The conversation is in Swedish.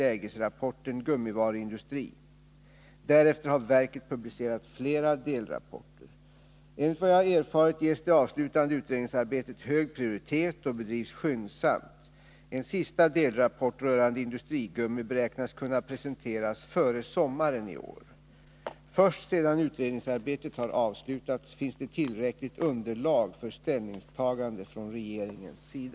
Jag vill därför fråga industriministern om de bedömningar fortfarande är aktuella som 1976 ledde fram till regeringens uppdrag åt SIND, och vilka initiativ regeringen avser att ta för att lägga fram ett program för den svenska gummiindustrin och när detta beräknas ske?